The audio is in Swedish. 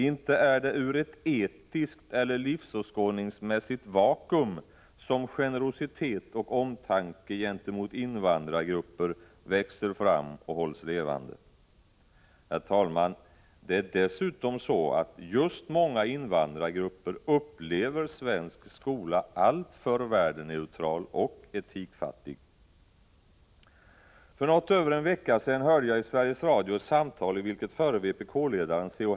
Inte är det ur ett etiskt eller livsåskådningsmässigt vakuum som generositet mot och omtanke om invandrargrupper växer fram och hålls levande. Herr talman! Just många 145 invandrargrupper upplever dessutom svensk skola som alltför värdeneutral och etikfattig. För något över en vecka sedan hörde jag i Sveriges Radio ett samtal i vilket förre vpk-ledaren C.-H.